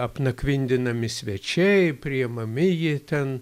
apnakvindinami svečiai priimami jie ten